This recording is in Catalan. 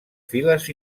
files